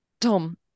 Tom